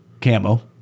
camo